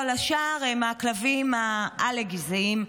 כל השאר הם הכלבים העלק-גזעיים,